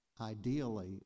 ideally